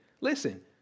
Listen